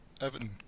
Everton